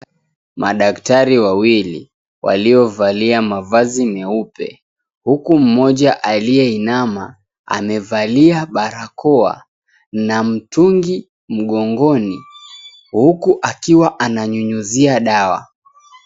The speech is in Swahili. Madaktari wawili waliyovalia mavazi meupe huku mmoja aliyeinama amevalia barakoa na mtungi mgongoni huku akikuwa ananyunyuzia dawa.